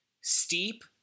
steep